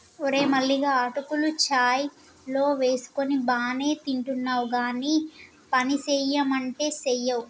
ఓరే మల్లిగా అటుకులు చాయ్ లో వేసుకొని బానే తింటున్నావ్ గానీ పనిసెయ్యమంటే సెయ్యవ్